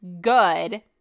good